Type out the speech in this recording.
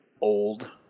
old